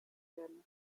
werden